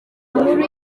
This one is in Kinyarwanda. nkuru